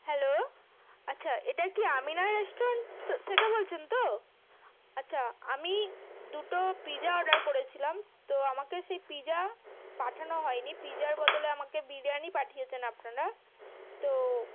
hello আচ্ছা এটা কি আমিনা রেস্টুরেন্ট তো থেকে বলছেন তো আচ্ছা আমি দুটো পিৎজা অর্ডার করেছিলাম তো আমাকে সেই পিৎজা পাঠানো হয় নি পিজার বদলে আমাকে বিরিয়ানি পাঠিয়েছেন আপনারা তো